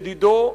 ידידו,